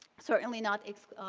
certainly not